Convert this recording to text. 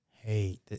Hey